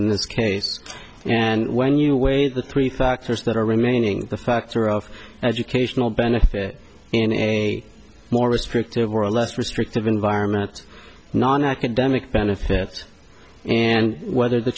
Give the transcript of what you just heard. in this case and when you weigh the three factors that are remaining the factor of educational benefit in a more restrictive or a less restrictive environment nonacademic benefits and whether the